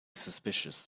suspicious